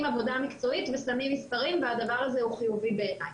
עבודה מקצועית ושמים מספרים והדבר הזה הוא חיובי בעיני.